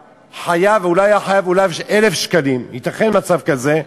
שהחייב אולי היה חייב 1,000 שקלים, ייתכן מצב כזה,